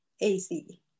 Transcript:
AC